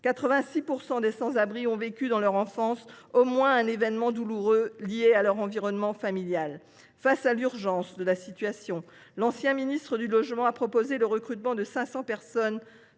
86 % des sans domicile fixe ont vécu dans leur enfance au moins un événement douloureux lié à leur environnement familial. Face à l’urgence de la situation, l’ancien ministre chargé du logement a proposé le recrutement de 500 personnes